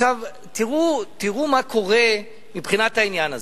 עכשיו תראו מה קורה מבחינת העניין הזה.